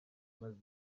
maze